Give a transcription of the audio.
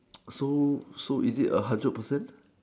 so so is it a hundred percent